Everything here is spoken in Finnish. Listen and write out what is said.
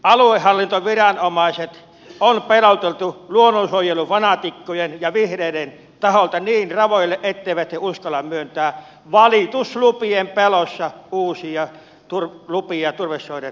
aluehallintoviranomaiset on peloteltu luonnonsuojelufanaatikkojen ja vihreiden taholta niin ravoille etteivät he uskalla myöntää valituslupien pelossa uusia lupia turvesoiden avaamiseen